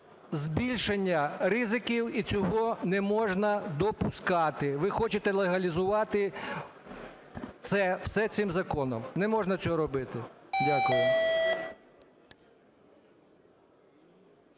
збільшення ризиків і цього не можна допускати. Ви хочете легалізувати це все цим законом. Не можна цього робити. Дякую.